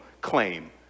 claim